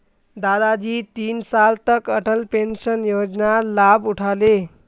दादाजी तीन साल तक अटल पेंशन योजनार लाभ उठा ले